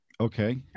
Okay